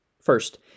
First